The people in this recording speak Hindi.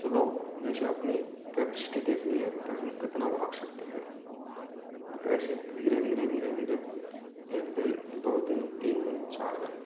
सुनो जैसे अपनी कैपेसिटी देखनी है कि हम कितना भाग सकते है ऐसे धीरे धीरे धीरे धीरे एक दिन दो दिन तीन दिन चार दिन